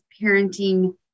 parenting